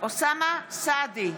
אוסאמה סעדי,